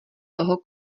toho